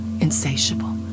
insatiable